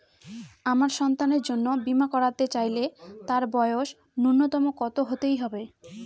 আমার সন্তানের জন্য বীমা করাতে চাইলে তার বয়স ন্যুনতম কত হতেই হবে?